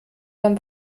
dann